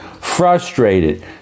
frustrated